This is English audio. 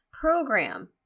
program